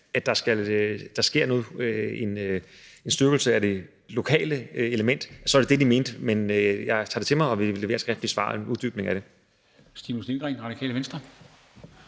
at der sker en styrkelse af det lokale element, så er det det, de mente. Men jeg tager det til mig, og vi leverer et skriftligt svar med en uddybning af det. Kl. 21:17 Formanden (Henrik